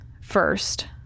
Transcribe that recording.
First